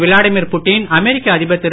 Vladimir Putin அமெரிக்க அதிபர் திரு